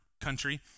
country